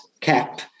cap